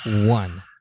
one